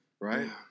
Right